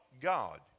God